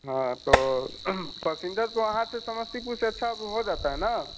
हाँ तो पैसेन्जर तो वहाँ से समस्तीपुर से अच्छा हो जाता है ना